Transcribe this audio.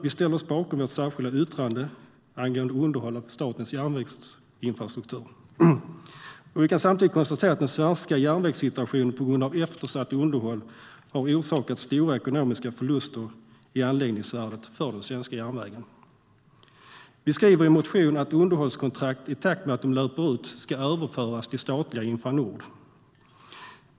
Vi står bakom vårt särskilda yttrande angående underhåll av statens järnvägsinfrastruktur. Vi kan samtidigt konstatera att den svenska järnvägens situation på grund av eftersatt underhåll har orsakat stora ekonomiska förluster i anläggningsvärdet för den svenska järnvägen. Vi skriver i vårt yttrande att underhållskontrakt, i takt med att de löper ut, ska överföras till statliga Infranord.